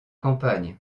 campagne